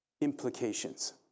implications